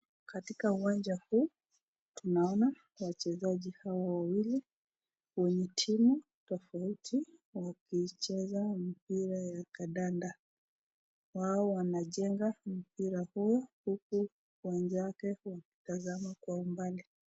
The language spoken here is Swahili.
Katika uwanja huu tunaona wachezaji hawa wawili wenye timu tofauti wakicheza mpira ya kandanda, wao wanacheza mpira huo huku wenzake wakitazama kwa umbali.